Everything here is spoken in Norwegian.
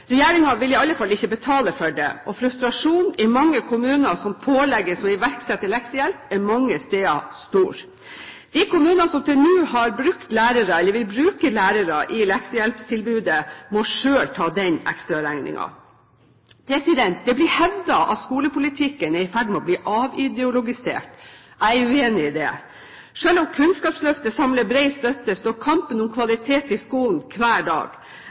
vil i alle fall ikke betale for det, og frustrasjonen i mange kommuner som pålegges å iverksette leksehjelp, er mange steder stor. De kommunene som til nå har brukt lærere, eller vil bruke lærere, i leksehjelptilbudet, må selv ta den ekstraregningen. Det blir hevdet at skolepolitikken er i ferd med å bli avideologisert. Jeg er uenig i det. Selv om Kunnskapsløftet samler bred støtte, står kampen om kvalitet i skolen hver dag.